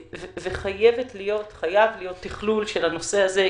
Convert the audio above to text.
חייב להיות תכלול של הנושא הזה,